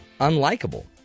unlikable